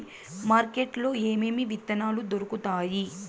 market లో ఏమేమి విత్తనాలు దొరుకుతాయి